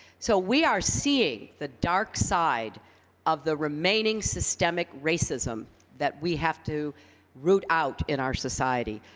so, we are seeing the dark side of the remaining systemic racism that we have to root out in our society.